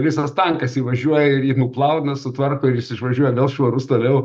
visas tankas įvažiuoja nuplauna sutvarko ir jis išvažiuoja vėl švarus toliau